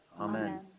Amen